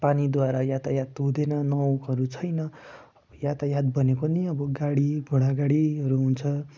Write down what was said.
पानीद्वारा यातायात हुँदैन नाउहरू छैन यातायात भनेको नै अब गाडी घोडागाडीहरू हुन्छ